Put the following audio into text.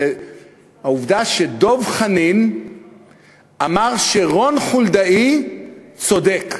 זה העובדה שדב חנין אמר שרון חולדאי צודק.